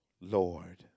Lord